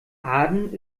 aden